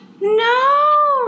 no